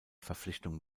verpflichtung